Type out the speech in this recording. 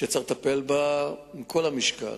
שיש לטפל בה עם כל המשקל,